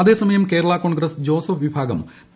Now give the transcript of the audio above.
അതേ സമയം കേരളാ കോൺഗ്രസ് ജോസഫ് വിഭാഗം പി